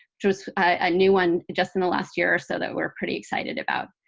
just a new one just in the last year or so that we're pretty excited about.